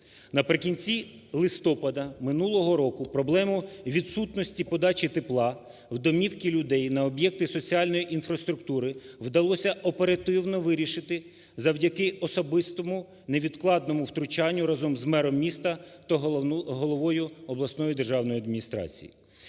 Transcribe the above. Наприкінці листопада минулого року проблему відсутності подачі тепла в домівки людей і на об'єкти соціальної інфраструктури вдалося оперативно вирішити завдяки особистому невідкладному втручанню разом з мером міста та головою обласної державної адміністрації.